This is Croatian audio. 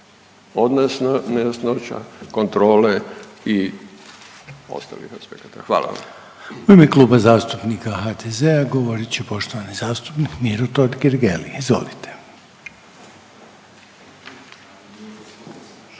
odnosno nejasnoća kontrole i ostalih aspekata. Hvala vam. **Reiner, Željko (HDZ)** U ime Kluba zastupnika HDZ-a govorit će poštovani zastupnik Miro Totgergeli, izvolite.